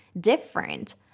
different